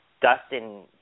Dustin